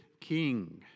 king